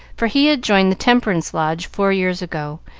for he had joined the temperance lodge four years ago,